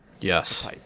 Yes